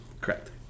Correct